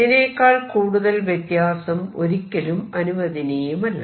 ഇതിനേക്കാൾ കൂടുതൽ വ്യത്യാസം ഒരിക്കലും അനുവദനീയമല്ല